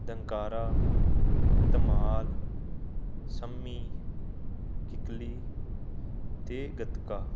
ਦੰਕਾਰਾ ਧਮਾਲ ਸੰਮੀ ਕਿੱਕਲੀ ਅਤੇ ਗੱਤਕਾ